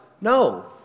No